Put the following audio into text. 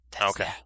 Okay